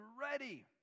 ready